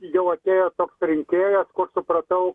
jau atėjo toks reikėjas kur supratau